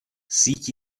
síť